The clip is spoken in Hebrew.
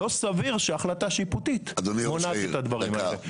לא סביר שהחלטה שיפוטית מונעת את הדברים האלה,